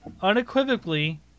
unequivocally